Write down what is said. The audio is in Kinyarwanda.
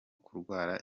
kurwara